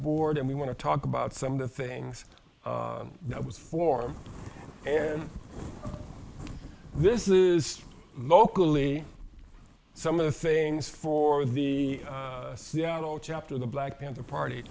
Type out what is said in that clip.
board and we want to talk about some of the things that was formed and this is vocally some of the things for the whole chapter the black panther party